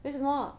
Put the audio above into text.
为什么